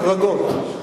החרגות,